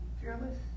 fearless